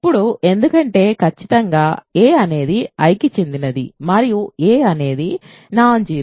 ఇప్పుడు ఎందుకంటే ఖచ్చితంగా a అనేది I కి చెందినది మరియు a అనేది నాన్ జీరో